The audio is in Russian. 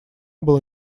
было